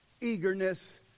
eagerness